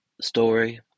story